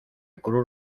cruz